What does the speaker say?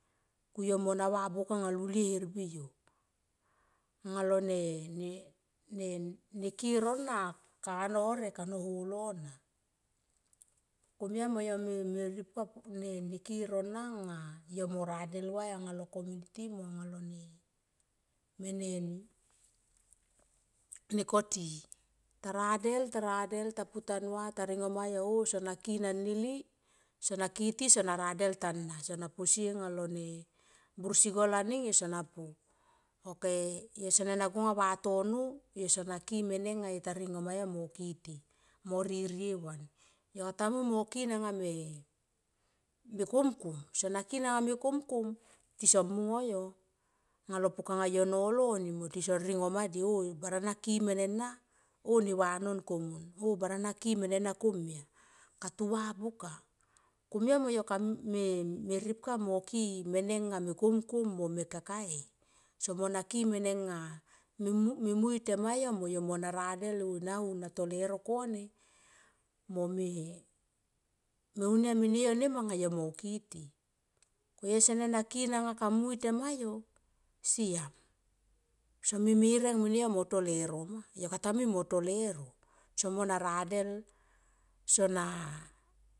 Ku yo mona va buka anga lulie hermbi yo anga lo ne, ne ki e rona kano horek ano holo na. Komia mo yo me ripka ne ki e rona nga yo mo ne rade va alo kominity mo anga lo ne mene ni nekoti. Ta radel, ta radel ta pu tanu va ta ringo ma yo on sana ki nani li sona kiti sona radel tan na sana posie tanan sona posie anga lone bur si gol aning yo sona pu. Ok yo sene na go nga vatono sona ki mene nga yo ta ringo mayo mo kiti, mo ririe van. Yo kata mui no ki nanga me komkom sona ki nanga me komkom tisom mung oh yo anga lo pukanga yo nolo ni mo tison ringom madi oh bara na ki mene na lo mun katu va buka. Komia mo kame ripka mo ki mene nga me komkom mo me kaka e somo na ke mene nga me mui tema yo mo yo mona radel oh na ho na to leuro kone mo me unia mene yo nema yo mo kiti. Ko yo sene na ki nanga ka mui tema yo siam some menang mene yo mo to leuro ma. Yo kata mui mo to leuro somona radel sona.